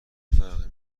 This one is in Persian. فرقی